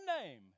name